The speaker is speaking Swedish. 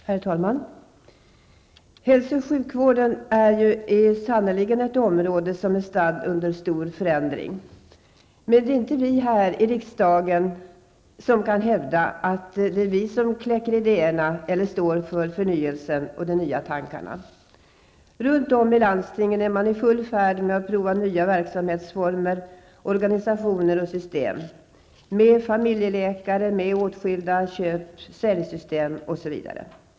Herr talman! Hälso och sjukvården är sannerligen ett område som är statt under stor förändring. Men vi här i riksdagen kan inte hävda att det är vi som kläcker idéerna eller står för förnyelsen och de nya tankarna. Runt om i landstingen är man i full färd med att prova nya verksamhetsformer, organisationer, system -- bl.a. familjeläkare, åtskilda köp och säljsystem, osv.